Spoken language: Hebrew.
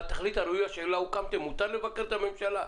לתכלית הראויה שלה הקמתם מותר לבקר את הממשלה.